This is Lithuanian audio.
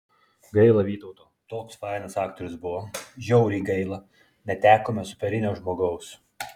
gaila vytauto toks fainas aktorius buvo žiauriai gaila netekome superinio žmogaus